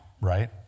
right